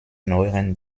neueren